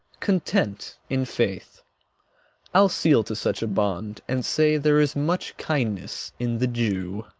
content, in faith i'll seal to such a bond, and say there is much kindness in the jew.